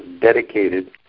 dedicated